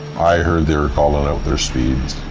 i heard they were calling out their speeds.